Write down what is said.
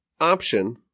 option